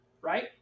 right